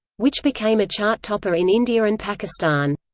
which became a chart-topper in india and pakistan.